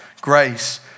Grace